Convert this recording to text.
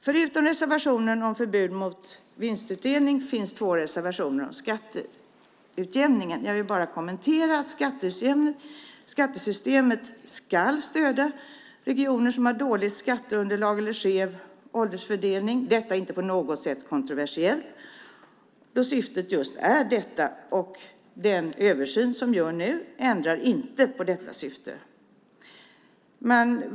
Förutom reservationen om förbud mot vinstutdelning finns två reservationer om skatteutjämningen. Jag vill bara säga att skattesystemet ska stödja regioner som har dåligt skatteunderlag eller skev åldersfördelning. Det är inte på något sätt kontroversiellt då syftet just är detta. Den översyn som vi gör nu ändrar inte detta syfte.